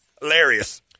Hilarious